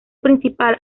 principal